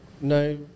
no